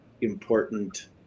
important